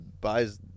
buys